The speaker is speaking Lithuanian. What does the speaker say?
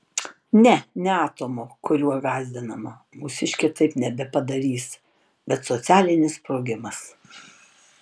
ne ne atomo kuriuo gąsdinama mūsiškė taip nebepadarys bet socialinis sprogimas